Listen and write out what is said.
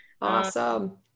Awesome